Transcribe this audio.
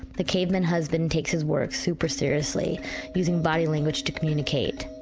the caveman husband takes his work super seriously using body language to communicate,